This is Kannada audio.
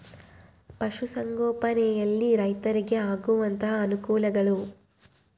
ಪಶುಸಂಗೋಪನೆಯಲ್ಲಿ ರೈತರಿಗೆ ಆಗುವಂತಹ ಅನುಕೂಲಗಳು?